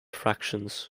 fractions